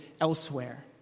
elsewhere